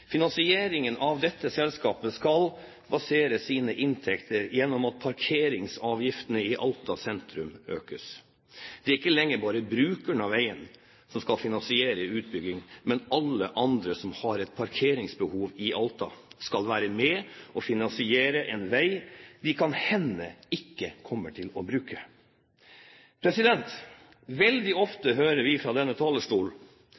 Finansieringen av dette selskapet skal basere sine inntekter på at parkeringsavgiftene i Alta sentrum økes. Det er ikke lenger bare brukerne av veien som skal finansiere utbygging, men alle andre som har et parkeringsbehov i Alta, skal være med og finansiere en vei de kan hende ikke kommer til å bruke. Veldig